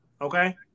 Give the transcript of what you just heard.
okay